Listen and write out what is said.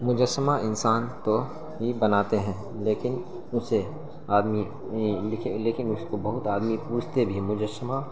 مجسمہ انسان تو ہی بناتے ہیں لیکن اسے آدمی لیکن اس کو بہت آدمی پوجتے بھی ہیں مجسمہ